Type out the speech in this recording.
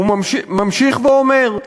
הוא ממשיך, ממשיך ואומר: